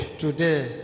Today